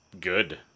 good